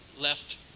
left